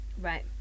Right